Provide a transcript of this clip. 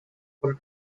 por